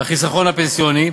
החיסכון הפנסיוני,